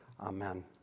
Amen